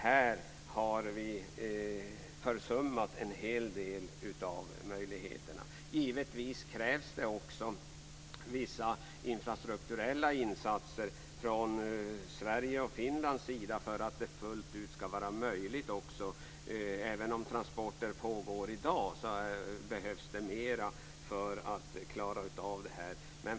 Här har vi försummat en hel del av möjligheterna. Givetvis krävs det vissa infrastrukturella insatser från Sverige och Finland för att detta fullt ut skall vara möjligt. Även om transporter pågår i dag behövs mera för att klara av det här.